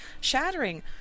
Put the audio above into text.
Shattering